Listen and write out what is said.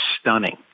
stunning